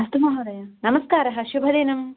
अस्तु महोदय नमस्कारः शुभदिनम्